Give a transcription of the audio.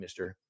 Mr